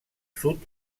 sud